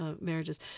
marriages